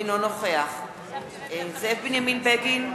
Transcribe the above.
אינו נוכח זאב בנימין בגין,